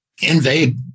invade